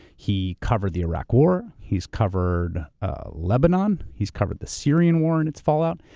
he covered the iraq war. he's covered lebanon. he's covered the syrian war and it's fallout.